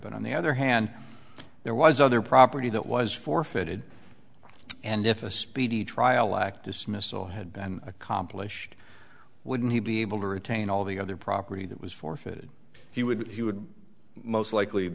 but on the other hand there was other property that was forfeited and if a speedy trial act dismissal had been accomplished wouldn't he be able to retain all the other property that was forfeited he would he would most likely